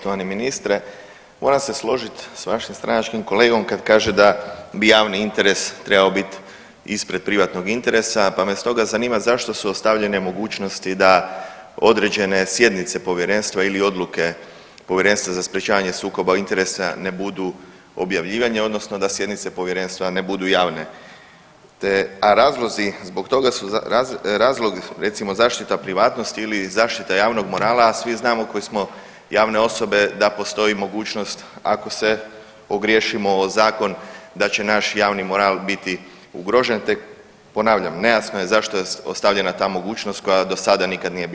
Poštovani ministre, moram se složiti s vašim stranačkim kolegom kad kaže da bi javni interes trebao biti ispred privatnog interesa pa me stoga zanima zašto su ostavljene mogućnosti da određene sjednice povjerenstva ili odluke Povjerenstva za sprječavanje sukoba interesa ne budu objavljivane odnosno da sjednice povjerenstva ne budu javne te a razlozi zbog toga su, razlog recimo zaštita privatnosti ili zaštita javnog morala, a svi znamo koji smo javne osobe da postoji mogućnost ako se ogriješimo o zakon da će naš javni moral biti ugrožen, te ponavljam nejasno je zašto je ostavljena ta mogućnost koja do sada nikad nije bila.